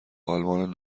آلمان